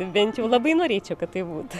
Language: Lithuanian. bent jau labai norėčiau kad taip būtų